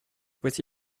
voici